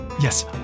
Yes